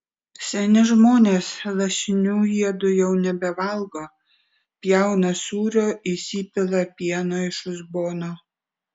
seni žmonės lašinių jiedu jau nebevalgo pjauna sūrio įsipila pieno iš uzbono